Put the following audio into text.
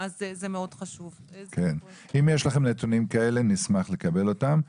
אם יש לכם נתונים כאלה, נשמח לקבל אותם.